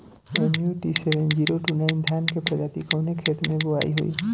MUT seven zero two nine धान के प्रजाति कवने खेत मै बोआई होई?